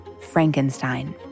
Frankenstein